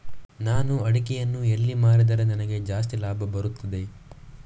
ನಾನು ಅಡಿಕೆಯನ್ನು ಎಲ್ಲಿ ಮಾರಿದರೆ ನನಗೆ ಜಾಸ್ತಿ ಲಾಭ ಬರುತ್ತದೆ?